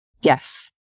Yes